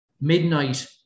midnight